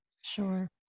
Sure